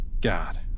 God